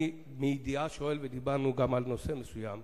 אני שואל מידיעה, ודיברנו גם על נושא מסוים,